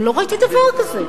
אני לא ראיתי דבר כזה.